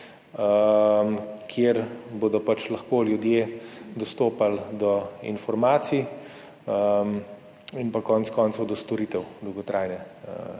kjer bodo lahko ljudje dostopali do informacij in pa konec koncev do storitev dolgotrajne